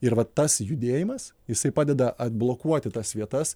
ir va tas judėjimas jisai padeda atblokuoti tas vietas